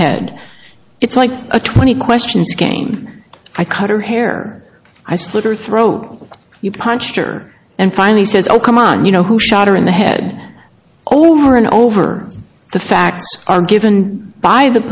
head it's like a twenty questions game i cut her hair i slit her throat you punched or and finally says oh come on you know who shot her in the head over and over the facts are given by the